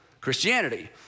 Christianity